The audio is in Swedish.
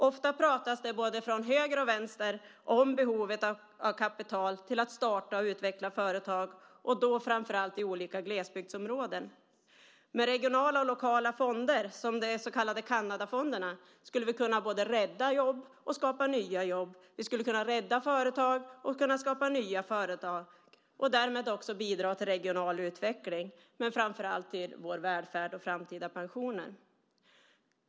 Ofta talas det från både höger och vänster om behovet av kapital till att starta och utveckla företag, framför allt i olika glesbygdsområden. Med regionala och lokala fonder, till exempel de så kallade Kanadafonderna, skulle vi kunna både rädda jobb och skapa nya jobb. Vi skulle kunna rädda företag och kunna skapa nya företag och därmed också bidra till regional utveckling men framför allt till vår välfärd och framtida pensioner.